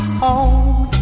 home